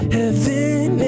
Heaven